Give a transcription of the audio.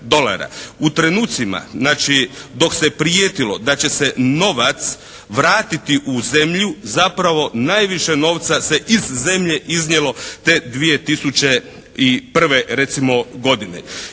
U trenucima, znači dok se prijetilo da će se novac vratiti u zemlju zapravo najviše novca se iz zemlje iznijelo te 2001. recimo